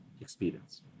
experience